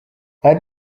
nta